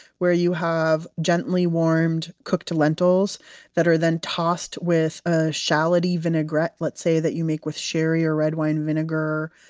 where you have gently warmed cooked lentils that are then tossed with a shalloty vinaigrette, let's say that you make with sherry or red wine vinegar,